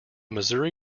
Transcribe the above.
missouri